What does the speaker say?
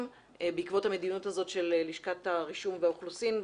בעקבות המדיניות הזאת של לשכת הרישום והאוכלוסין.